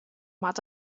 moat